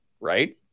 Right